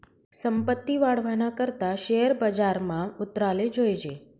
संपत्ती वाढावाना करता शेअर बजारमा उतराले जोयजे